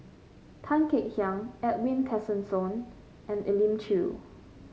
Tan Kek Hiang Edwin Tessensohn and Elim Chew